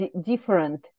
different